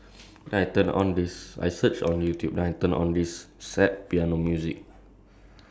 uh that time when my friend was like angry I don't know some some stupid things